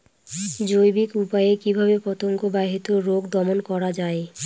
জৈবিক উপায়ে কিভাবে পতঙ্গ বাহিত রোগ দমন করা যায়?